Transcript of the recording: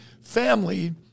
family